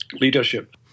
leadership